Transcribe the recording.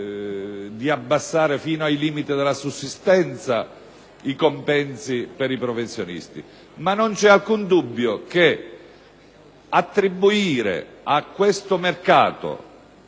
abbassando fino al limite della sussistenza i compensi per i professionisti. Ma non c'è alcun dubbio che attribuire a questo mercato